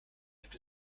gibt